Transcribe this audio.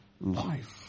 life